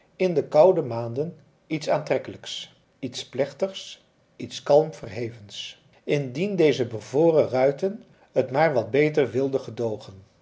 in de koude maanden iets aantrekkelijks iets plechtigs iets kalm verhevens indien deze bevroren ruiten het maar wat beter wilden gedoogen